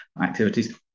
activities